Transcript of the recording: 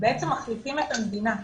מחליפים את המדינה.